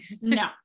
no